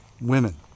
women